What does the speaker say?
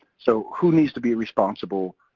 so who needs to be responsible,